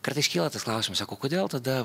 kartais kyla tas klausimas sako kodėl tada